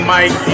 Mike